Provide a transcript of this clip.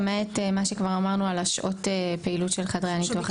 למעט מה שכבר אמרנו על שעות הפעילות של חדרי הניתוח הציבוריים.